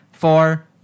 Four